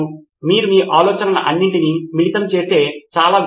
సిద్ధార్థ్ మాతురి బయటి నుండీ అప్లోడ్ తప్పనిసరిగా చిత్రం అయి ఉండవలసిన అవసరం లేదు